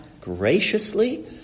graciously